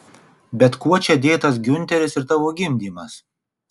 bet kuo čia dėtas giunteris ir tavo gimdymas